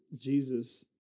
Jesus